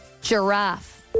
Giraffe